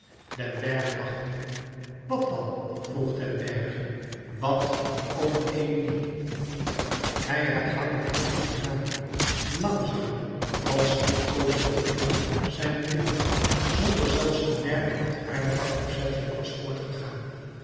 den bergh wachtte wat dan vroeg den bergh wat over emilie louis couperus metamorfoze hij herhaalde naïf den naam langzaam als liefkoosde de klank zijne lippen zonder zelfs te merken dat aylva opzettelijk was voortgegaan